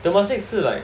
but Temasek 是 like